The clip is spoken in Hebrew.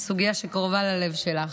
זו סוגיה שקרובה ללב שלך.